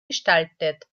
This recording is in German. gestaltet